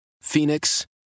Phoenix